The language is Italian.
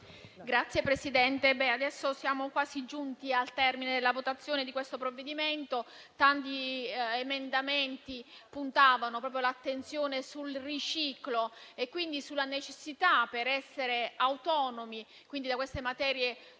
Signora Presidente, siamo quasi giunti al termine della votazione di questo provvedimento. Tanti emendamenti puntavano proprio l'attenzione sul riciclo e, quindi, sulla necessità per essere autonomi da queste materie